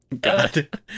God